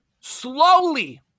Slowly